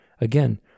Again